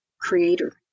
creator